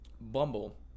Bumble